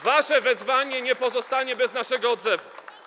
Wasze wezwanie nie pozostanie bez naszego odzewu.